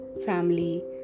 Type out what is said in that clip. family